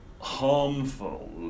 harmful